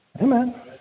Amen